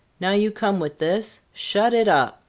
now you come with this. shut it up!